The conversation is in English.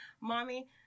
Mommy